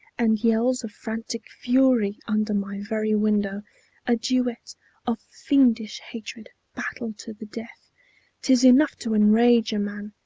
and yells of frantic fury, under my very window a duet of fiendish hatred, battle to the death t is enough to enrage a man!